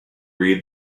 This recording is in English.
read